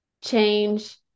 change